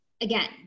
again